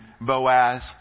Boaz